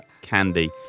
Candy